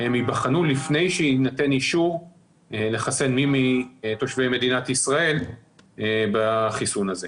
הן ייבחנו לפני שיינתן אישור לחסן מי מתושבי מדינת ישראל בחיסון הזה.